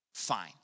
fine